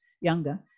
younger